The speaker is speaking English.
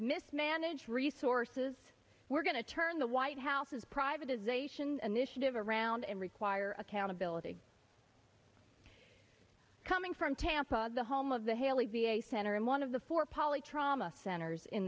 mismanaged resources we're going to turn the white house's privatization initiative around and require accountability coming from tampa the home of the haley v a center and one of the four polly trauma centers in